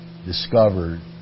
Discovered